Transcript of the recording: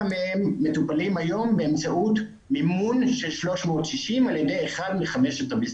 מהם מטופלים היום באמצעות מימון של 360 על ידי אחד מחמשת המשרדים.